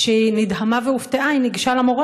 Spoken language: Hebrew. כשהיא נדהמה והופתעה, היא ניגשה למורה.